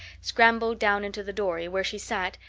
scrambled down into the dory, where she sat,